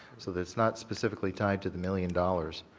so that it's not specifically tied to the million dollars.